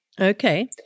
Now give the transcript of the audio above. Okay